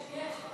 יש, יש.